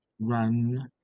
run